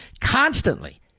constantly